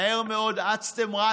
מהר מאוד אצתם-רצתם,